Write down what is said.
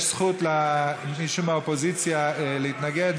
יש זכות למישהו מהאופוזיציה להתנגד,